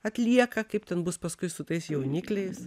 atlieka kaip ten bus paskui su tais jaunikliais